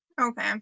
Okay